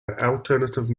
alternative